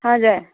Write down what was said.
हजुर